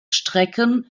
strecken